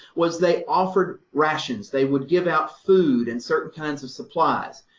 was they offered rations they would give out food and certain kinds of supplies.